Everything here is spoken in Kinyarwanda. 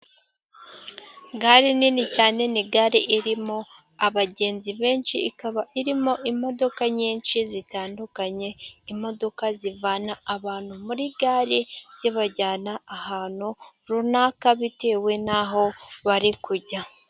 Gare nini cyane ni gare irimo abagenzi benshi ikaba irimo imodoka nyinshi zitandukanye, imodoka zivana abantu muri gare zibajyana ahantu runaka bitewe n'aho bari kujya.